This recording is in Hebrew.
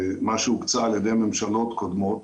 מה שהוקצה על ידי ממשלות קודמות